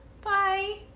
Bye